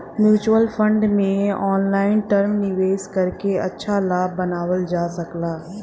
mutual fund में long term निवेश करके अच्छा लाभ बनावल जा सकला